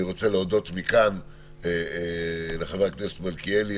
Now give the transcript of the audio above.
אני רוצה להודות מכאן לחבר הכנסת מלכיאלי